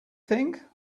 think